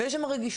ויש שם רגישויות.